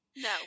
No